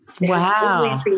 wow